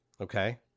okay